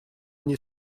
они